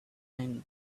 mind